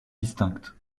distinctes